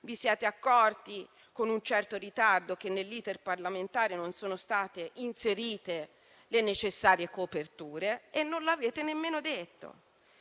Vi siete accorti con un certo ritardo che nell'*iter* parlamentare non sono state inserite le necessarie coperture e non lo avete nemmeno detto.